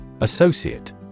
Associate